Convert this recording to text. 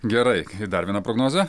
gerai ir dar viena prognpzė